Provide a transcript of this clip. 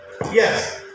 Yes